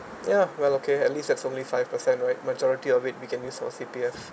ya well okay at least that's only five percent right majority of it we can use our C_P_F